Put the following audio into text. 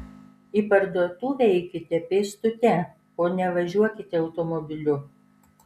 į parduotuvę eikite pėstute o ne važiuokite automobiliu